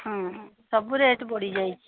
ହଁ ସବୁ ରେଟ୍ ବଢ଼ି ଯାଇଛି